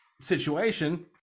situation